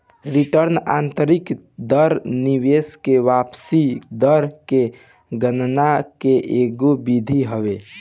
return की आतंरिक दर निवेश की वापसी दर की गणना के एगो विधि हवे